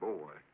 Boy